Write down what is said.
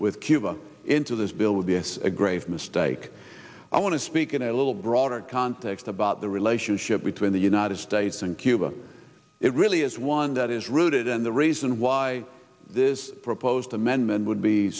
with cuba into this bill would be as a grave mistake i want to speak in a little broader context about the relationship between the united states and cuba it really is one that is rooted and the reason why this proposed amendment would be